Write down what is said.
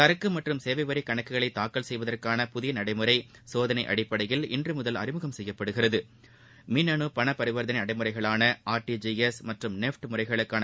சரக்கு மற்றும் சேவை வரி கணக்குகளை தாக்கல் செய்வதற்கான புதிய நடைமுறை சோதளை அடிப்படையில் இன்று முதல் அறிமுகம் செய்யப்படுகிறது மின்னணு பணபரிவர்த்தளை நடைமுறைகளான ஆர்டிஜிஎஸ் மற்றும் நெஃப்ட் முறைகளுக்கான